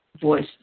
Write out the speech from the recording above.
voice